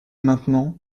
maintenant